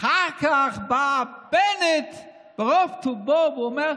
אחר כך בא בנט ברוב טובו ואומר: